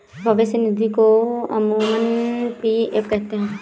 भविष्य निधि को अमूमन पी.एफ कहते हैं